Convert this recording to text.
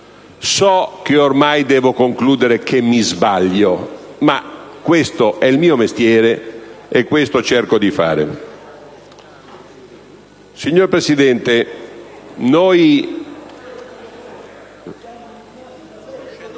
So che ormai devo concludere che mi sbaglio, ma questo è il mio mestiere e questo cerco di fare. BALDASSARRI *(Per il